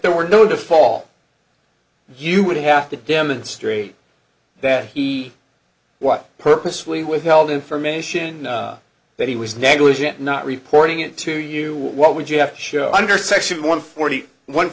there were no default you would have to demonstrate that he what purposely withheld information that he was negligent in not reporting it to you what would you have to show under section one forty one